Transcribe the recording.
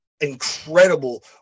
incredible